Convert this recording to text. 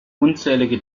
unzählige